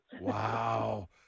wow